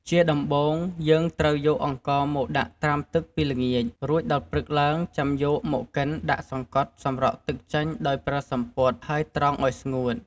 ជាដំបូង យើងត្រូវយកអង្ករមកដាក់ត្រាំទឹកពីល្ងាច រួចដល់ព្រឹកឡើងចាំយកមកកិនដាក់សង្កត់សម្រក់ទឹកចេញដោយប្រើសំពត់ ហើយត្រងអោយស្ងួត។